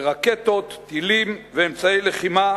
ברקטות, טילים ואמצעי לחימה,